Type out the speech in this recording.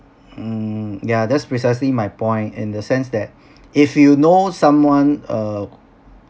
mm yeah that's precisely my point in the sense that if you know someone uh